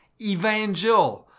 evangel